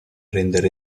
rendere